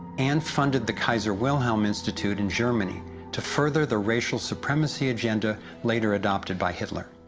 and funded the kaiser wilhelm institute in germany to further the racial supremacy agenda later adopted by hitler.